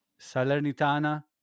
Salernitana